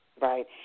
Right